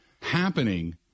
happening